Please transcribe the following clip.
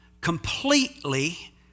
completely